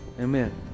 Amen